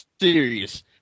serious